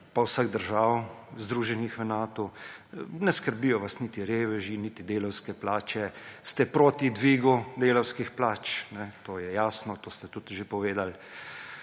pa vseh držav, združenih v Natu. Ne skrbijo vas niti reveži niti delavske plače, ste proti dvigu delavskih plač, to je jasno, to ste tudi že povedali.